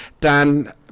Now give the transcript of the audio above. Dan